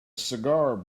cigar